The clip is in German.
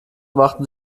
machten